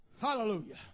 Hallelujah